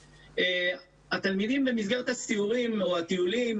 התלמידים במסגרת הסיורים או הטיולים